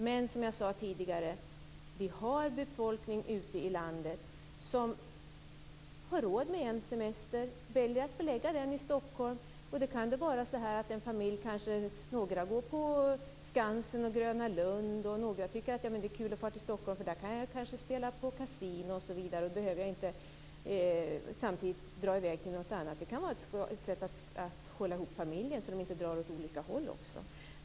Men, som jag sade tidigare, vi har befolkning ute i landet som har råd med en semester och väljer att förlägga den i Stockholm. Då kan det vara så i en familj att några kanske går på Skansen och Gröna Lund och andra tycker att det är kul att fara till Stockholm, för där kan jag spela på kasino. Då behöver jag inte samtidigt dra i väg till något annat. Det kan också vara ett sätt att hålla ihop familjen så att man inte drar åt olika håll.